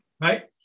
Right